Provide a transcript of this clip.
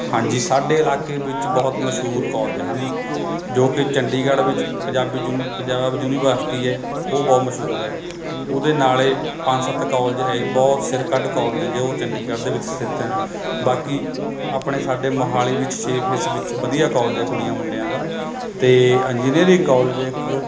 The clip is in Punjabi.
ਹਾਂਜੀ ਸਾਡੇ ਇਲਾਕੇ ਵਿੱਚ ਬਹੁਤ ਮਸ਼ਹੂਰ ਕੋਲਜ ਹਨ ਜੋ ਕਿ ਚੰਡੀਗੜ੍ਹ ਵਿੱਚ ਪੰਜਾਬੀ ਯੂਨੀ ਪੰਜਾਬ ਯੂਨੀਵਰਸਿਟੀ ਹੈ ਉਹ ਬਹੁਤ ਮਸ਼ਹੂਰ ਹੈ ਉਹਦੇ ਨਾਲੇ ਪੰਜ ਸੱਤ ਕੋਲਜ ਹੈ ਬਹੁਤ ਸਿਰ ਕੱਢ ਕੋਲਜ ਹੈ ਜੇ ਉਹ ਚੰਡੀਗੜ੍ਹ ਦੇ ਵਿੱਚ ਸਥਿਤ ਹੈ ਬਾਕੀ ਆਪਣੇ ਸਾਡੇ ਮੋਹਾਲੀ ਵਿੱਚ ਛੇ ਫ਼ੇਸ ਵਿੱਚ ਵਧੀਆ ਕੋਲਜ ਆ ਕੁੜੀਆਂ ਮੁੰਡਿਆਂ ਦਾ ਅਤੇ ਇੰਜੀਨੀਅਰੀ ਕੋਲਜ ਇੱਕ